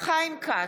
חיים כץ,